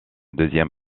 deuxième